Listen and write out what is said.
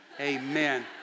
Amen